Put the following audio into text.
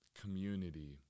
community